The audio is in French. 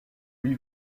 lui